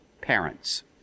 parents